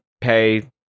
pay